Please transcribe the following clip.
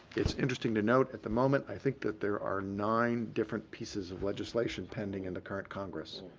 it's interesting to note at the moment i think that there are nine different pieces of legislation pending in the current congress